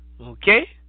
Okay